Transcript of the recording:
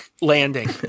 landing